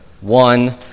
one